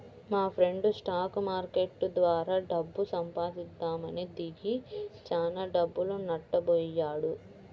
మాఫ్రెండు stock market ద్వారా డబ్బు సంపాదిద్దామని దిగి చానా డబ్బులు నట్టబొయ్యాడు